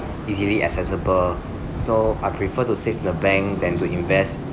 easily accessible so I prefer to save in a bank than to invest